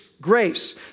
grace